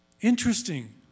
Interesting